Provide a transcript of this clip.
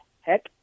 heck